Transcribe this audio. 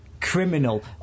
criminal